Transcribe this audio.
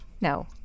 no